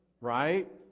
right